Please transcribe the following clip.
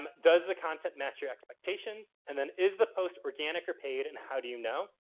um does the content match your expectations? and then, is the post organic or paid and how do you know?